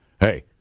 Hey